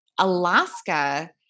Alaska